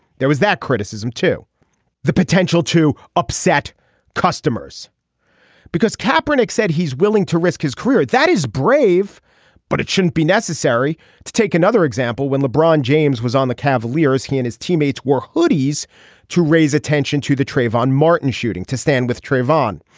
there was that criticism to the potential to upset customers because captain x said he's willing to risk his career. that is brave but it shouldn't be necessary to take another example when lebron james was on the cavaliers he and his teammates wore hoodies to raise attention to the trayvon martin shooting to stand with trayvon.